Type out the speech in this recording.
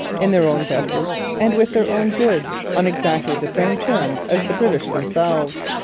in their own vessels and with their own goods, on exactly the same terms as the british themselves.